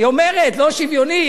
היא אומרת לא שוויוני,